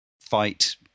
fight